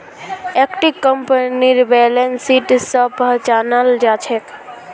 इक्विटीक कंपनीर balance sheet स पहचानाल जा छेक